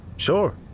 Sure